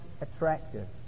attractive